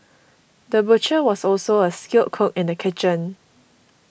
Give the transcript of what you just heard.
the butcher was also a skilled cook in the kitchen